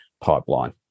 pipeline